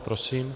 Prosím.